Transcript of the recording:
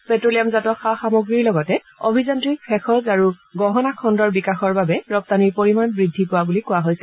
পেট্ লিয়ামজাত সা সামগ্ৰীৰ লগতে অভিযান্নিক ভেষজ আৰু গহণা খণ্ডৰ বিকাশৰ বাবে ৰপ্তানীৰ পৰিমাণ বৃদ্ধি পোৱা বুলি কোৱা হৈছে